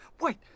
Wait